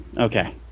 Okay